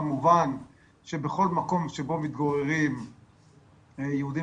כמובן שבכל מקום שבו מתגוררים יהודים